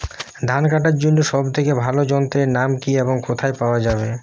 ধান কাটার জন্য সব থেকে ভালো যন্ত্রের নাম কি এবং কোথায় পাওয়া যাবে?